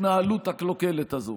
ההתנהלות הקלוקלת הזאת.